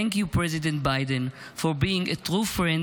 Thank you president Biden for being a true friend